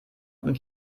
und